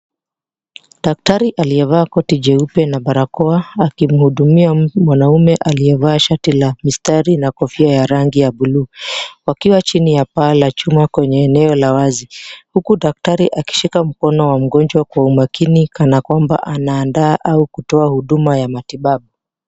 Daktari aliyevaa koti jeupe na barakoa akimuhudumia mwanaume aliyevaa shati la mistari na kofia ya rangi ya buluu. Wakiwa chini ya paa la chuma kwenye eneo la wazi huku daktari akishika mkono wa mgonjwa kwa umakini kanakwamba anaandaa au kutoa huduma ya matibabu.